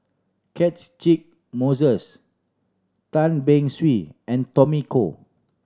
Catchick Moses Tan Beng Swee and Tommy Koh